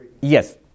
Yes